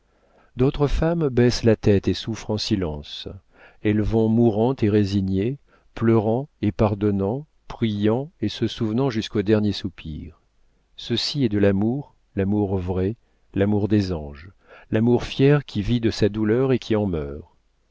d'autres femmes baissent la tête et souffrent en silence elles vont mourantes et résignées pleurant et pardonnant priant et se souvenant jusqu'au dernier soupir ceci est de l'amour l'amour vrai l'amour des anges l'amour fier qui vit de sa douleur et qui en meurt